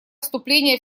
вступления